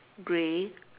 gray